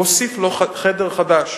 הוא הוסיף לו חדר חדש.